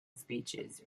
speeches